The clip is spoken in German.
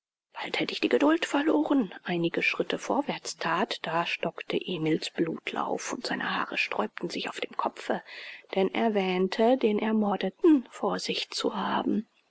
bald hätt ich die geduld verloren einige schritte vorwärts that da stockte emil's blutlauf und seine haare sträubten sich auf dem kopfe denn er wähnte den ermordeten vor sich zu haben